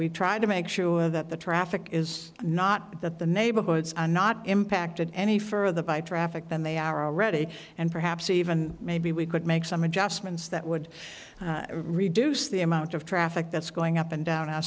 we try to make sure that the traffic is not that the neighborhoods are not impacted any further by traffic than they are already and perhaps even maybe we could make some adjustments that would reduce the amount of traffic that's going up and down our